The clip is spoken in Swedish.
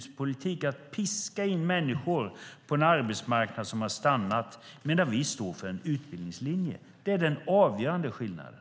Det handlar om att piska in människor på en arbetsmarknad som har stannat, medan vi står för en utbildningslinje. Det är den avgörande skillnaden.